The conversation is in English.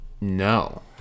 No